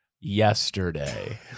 yesterday